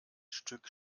stück